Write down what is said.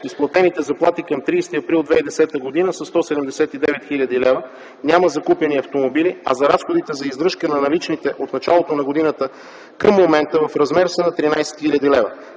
изплатените заплати към 30 април 2010 г. са 179 000 лв. Няма закупени автомобили, а за разходите за издръжка на наличните от началото на годината към момента в размер са над 13 000 лв.